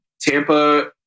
Tampa